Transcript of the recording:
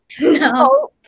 No